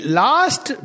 last